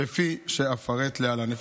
כפי שאפרט להלן.